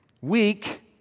Weak